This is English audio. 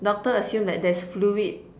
doctor assumed that there's fluid